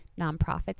nonprofits